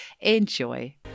Enjoy